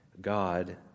God